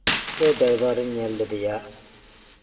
ᱢᱤᱫᱴᱮᱱ ᱰᱨᱟᱭᱵᱷᱟᱨ ᱤᱧ ᱧᱮᱞ ᱞᱮᱫᱮᱭᱟ